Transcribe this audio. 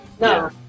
No